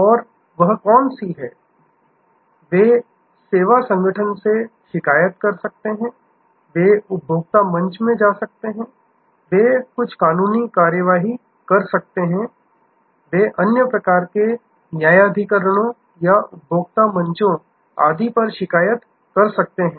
और वह कौन सी है वे सेवा संगठन से शिकायत कर सकते हैं वे उपभोक्ता मंच में जा सकते हैं वे कुछ कानूनी कार्रवाई कर सकते हैं वे अन्य प्रकार के न्यायाधिकरणों या उपभोक्ता मंचो आदि पर शिकायत कर सकते हैं